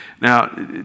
Now